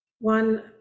One